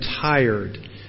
tired